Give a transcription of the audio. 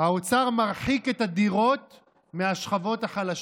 "האוצר מרחיק את הדירות מהשכבות החלשות".